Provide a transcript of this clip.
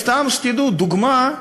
סתם תדעו, לדוגמה,